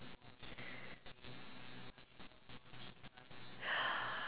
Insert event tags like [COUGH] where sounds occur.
[BREATH]